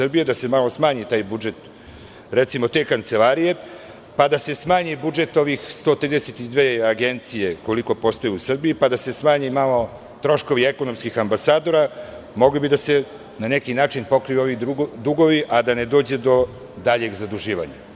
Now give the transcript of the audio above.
Trebalo bi da se malo smanji taj budžet te kancelarije, pa da se smanji budžet ovih 132 agencije, koliko ih postoji u Srbiji, pa da se smanje malo troškovi ekonomskih ambasadora, mogli bi da se na neki način pokriju ovi dugovi, a da ne dođe do daljeg zaduživanja.